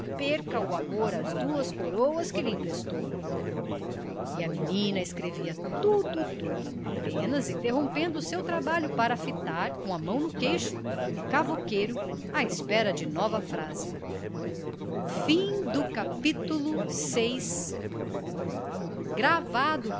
perca o amor às duas coroas que lhe emprestou e a menina escrevia tudo tudo apenas interrompendo o seu trabalho para fitar com a mão no queixo o cavouqueiro à espera de nova frase e assim ia correndo o